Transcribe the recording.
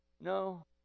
no